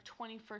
21st